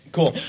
Cool